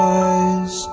eyes